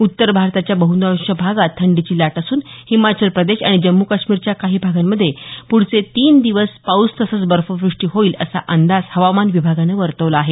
उत्तर भारताच्या बहुतांश भागात थंडीची लाट असून हिमाचल प्रदेश आणि जम्मू कश्मीरच्या काही भागांमध्ये पुढचे तीन दिवस पाऊस तसंच बर्फव्रष्टी होईल असा अंदाज हवामान विभागानं वर्तवला आहे